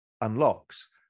unlocks